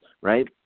right